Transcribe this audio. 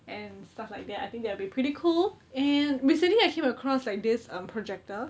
and stuff like that I think that will be pretty cool and recently I came across like this um projector